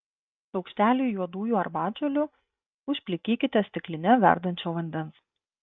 šaukštelį juodųjų arbatžolių užplikykite stikline verdančio vandens